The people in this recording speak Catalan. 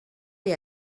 oli